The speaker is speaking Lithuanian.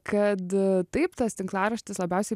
kad taip tas tinklaraštis labiausiai